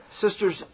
Sisters